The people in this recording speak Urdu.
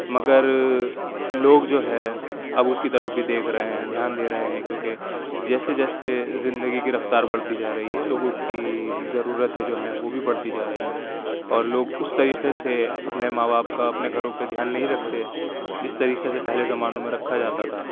مگر لوگ جو ہے اب اس کی طرف بھی دیکھ رہے ہیں دھیان دے رہے ہیں کیونکہ جیسے جیسے زندگی کی رفتار پڑھتی جا رہی ہے لوگوں کی ضرورتیں جو ہیں وہ بھی بڑھتی جا رہی ہیں اور لوگ اس طریقے سے اپنے ماں باپ کا اپنے گھروں پہ دھیان نہیں رکھتے جس طریقے سے پہلے زمانوں میں رکھا جاتا تھا